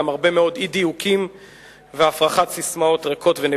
גם הרבה מאוד אי-דיוקים והפרחת ססמאות ריקות ונבובות.